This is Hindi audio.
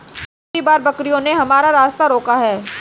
काफी बार बकरियों ने हमारा रास्ता रोका है